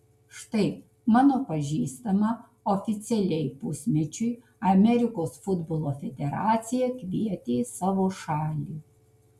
štai mano pažįstamą oficialiai pusmečiui amerikos futbolo federacija kvietė į savo šalį